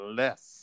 less